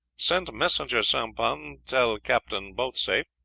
sent messenger sampan tell captain both safe.